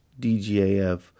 DGAF